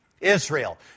Israel